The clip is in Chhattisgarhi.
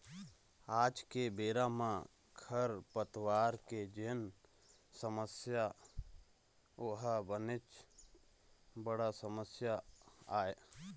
आज के बेरा म खरपतवार के जेन समस्या ओहा बनेच बड़ समस्या आय